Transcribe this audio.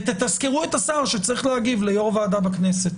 ותתזכרו את השר שצריך להגיב ליו"ר ועדה בכנסת.